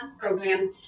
program